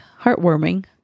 heartwarming